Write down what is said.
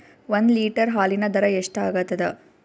ಒಂದ್ ಲೀಟರ್ ಹಾಲಿನ ದರ ಎಷ್ಟ್ ಆಗತದ?